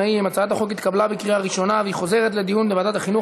(תיקון מס' 5) (סמכות ועדת החינוך,